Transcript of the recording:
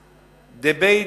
debate,